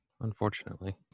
Unfortunately